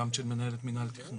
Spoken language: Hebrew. גם של מנהלת מינהל התכנון.